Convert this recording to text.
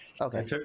okay